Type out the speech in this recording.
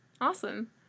Awesome